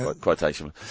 Quotation